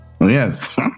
Yes